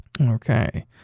Okay